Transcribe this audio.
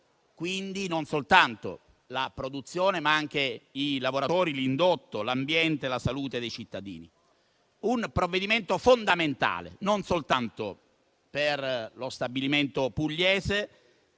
quindi, non soltanto la produzione, ma anche i lavoratori, l'indotto, l'ambiente e la salute dei cittadini. É un provvedimento fondamentale non soltanto per lo stabilimento pugliese,